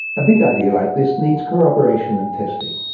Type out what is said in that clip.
a big idea like this needs corroboration and testing.